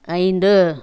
ஐந்து